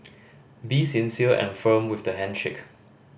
be sincere and firm with the handshake